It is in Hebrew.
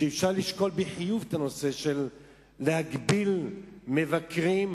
שאפשר לשקול בחיוב להגביל את הביקורים